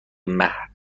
محبوب